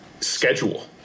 schedule